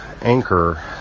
Anchor